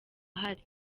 ahari